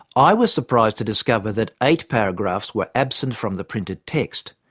i was surprised to discover that eight paragraphs were absent from the printed text.